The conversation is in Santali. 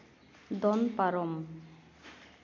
ᱫᱚᱱ ᱯᱟᱚᱢ